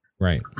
Right